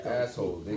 asshole